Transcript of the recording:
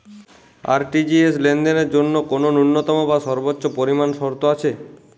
RTGS লেনদেনের জন্য কোন ন্যূনতম বা সর্বোচ্চ পরিমাণ শর্ত আছে?